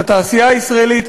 לתעשייה הישראלית,